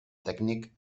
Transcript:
tècnic